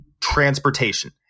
transportation